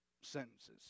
sentences